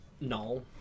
No